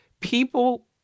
People